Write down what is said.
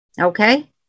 Okay